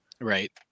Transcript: Right